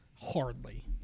Hardly